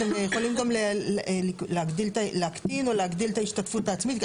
אתם יכולים גם להקטין או להגדיל את ההשתתפות העצמית?